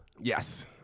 Yes